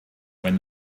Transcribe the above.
when